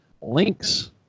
links